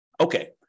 Okay